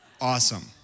Awesome